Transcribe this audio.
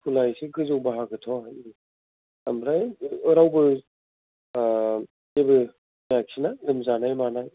school आ एसे गोजौ बाहागोथ' ओं ओमफ्राय रावबो जेबो जायाखैसै ना लोमजानाय मानाय